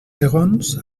segons